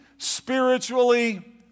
Spiritually